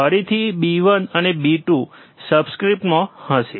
ફરીથી b1 અને b2 સબસ્ક્રિપ્ટમાં હશે